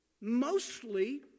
mostly